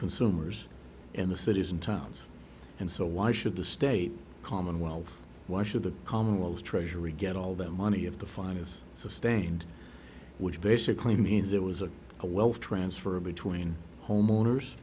consumers in the cities and towns and so why should the state commonwealth why should the commonwealth treasury get all the money of the fine is sustained which basically means there was a a wealth transfer between homeowners